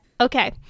Okay